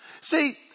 See